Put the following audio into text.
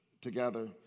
Together